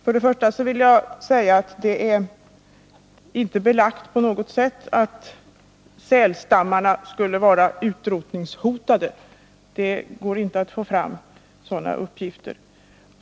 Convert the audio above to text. För det första vill jag säga att det inte är belagt på något sätt att sälstammarna skulle vara utrotningshotade — det går inte att få fram sådana uppgifter.